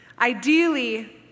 ideally